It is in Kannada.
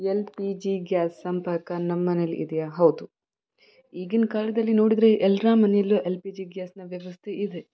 ಎಲ್ ಪಿ ಜಿ ಗ್ಯಾಸ್ ಸಂಪರ್ಕ ನಮ್ಮ ಮನೇಲಿ ಇದೆಯಾ ಹೌದು ಈಗಿನ ಕಾಲದಲ್ಲಿ ನೋಡಿದರೆ ಎಲ್ಲರ ಮನೇಲೂ ಎಲ್ ಪಿ ಜಿ ಗ್ಯಾಸ್ನ ವ್ಯವಸ್ಥೆ ಇದೆ